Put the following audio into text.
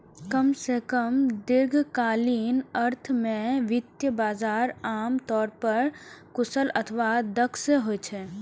कम सं कम दीर्घकालीन अर्थ मे वित्तीय बाजार आम तौर पर कुशल अथवा दक्ष होइ छै